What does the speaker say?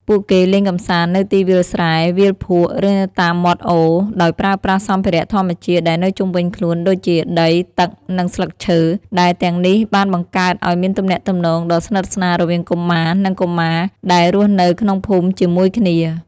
ពួកគេលេងកម្សាន្តនៅទីវាលស្រែ វាលភក់ ឬនៅតាមមាត់អូរដោយប្រើប្រាស់សម្ភារៈធម្មជាតិដែលនៅជុំវិញខ្លួនដូចជាដី ទឹក និងស្លឹកឈើ ដែលទាំងអស់នេះបានបង្កើតឱ្យមានទំនាក់ទំនងដ៏ស្និទ្ធស្នាលរវាងកុមារនិងកុមារដែលរស់នៅក្នុងភូមិជាមួយគ្នា។